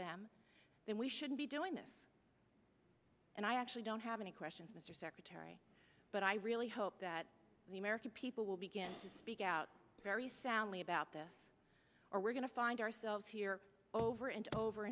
them then we shouldn't be doing this and i actually don't have any questions mr secretary but i really hope that the american people will begin to get out very soundly about this or we're going to find ourselves here over and over